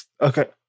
okay